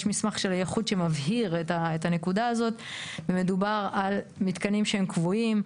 יש מסמך של האיחוד שמבהיר את הנקודה הזאת ומדובר על מתקנים שהם קבועים.